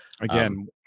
Again